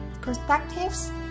perspectives